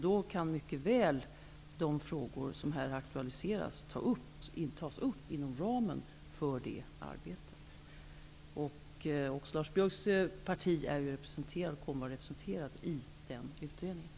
Då kan mycket väl de frågor som här har tagits upp aktualiseras inom ramen för detta arbete. Lars Biörcks parti kommer att vara representerat i denna kommitté.